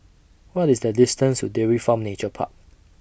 What IS The distance to Dairy Farm Nature Park